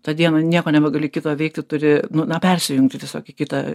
tą dieną nieko nebegali kito veikti turi nu na persijungti tiesiog į kitą